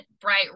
bright